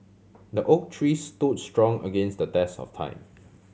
the oak tree stood strong against the test of time